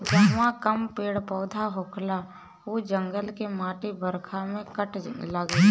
जहवा कम पेड़ पौधा होखेला उ जगह के माटी बरखा में कटे लागेला